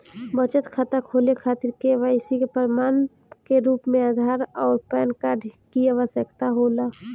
बचत खाता खोले खातिर के.वाइ.सी के प्रमाण के रूप में आधार आउर पैन कार्ड की आवश्यकता होला